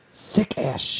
Sick-ass